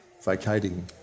vacating